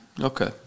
okay